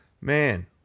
Man